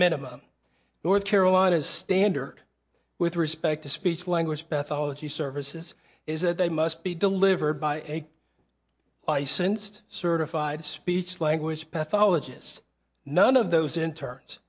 minimum north carolina's standard with respect to speech language beth ology services is that they must be delivered by a licensed certified speech language pathologist none of those in turns